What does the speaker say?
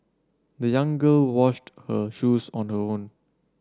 the young girl washed her shoes on her own